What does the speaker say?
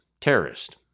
Terrorist